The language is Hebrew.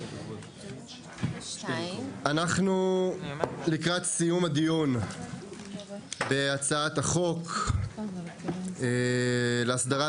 אנחנו לקראת סיום הדיון בהצעת החוק להסדרת